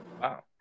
Wow